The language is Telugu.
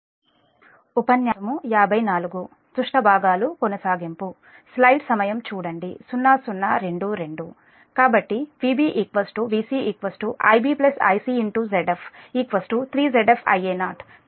కాబట్టి Vb Vc Ib Ic Zf 3 Zf Ia0